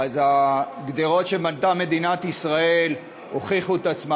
אז הגדרות שבנתה מדינת ישראל הוכיחו את עצמן.